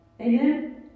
Amen